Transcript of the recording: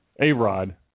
A-Rod